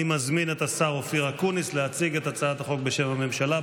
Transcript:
אני מזמין את השר אופיר אקוניס להציג את הצעת החוק בשם הממשלה.